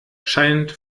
scheint